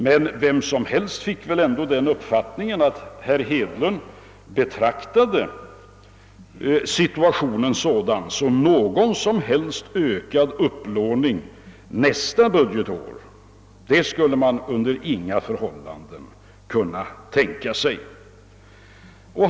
Men vem som helst fick väl ändå den uppfattningen att herr Hedlund betraktade situationen så, att han under inga förhållanden skulle kunna tänka sig någon som helst ökad upplåning nästa budgetår.